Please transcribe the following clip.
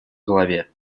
голове